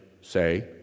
say